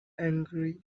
angry